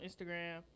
Instagram